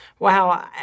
Wow